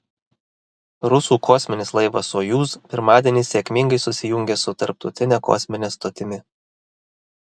rusų kosminis laivas sojuz pirmadienį sėkmingai susijungė su tarptautine kosmine stotimi